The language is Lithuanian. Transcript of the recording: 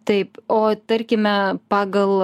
taip o tarkime pagal